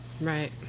Right